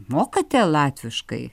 mokate latviškai